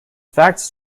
facts